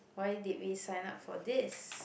why did we sign up for this